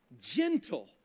gentle